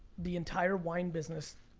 the entire wine business,